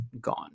gone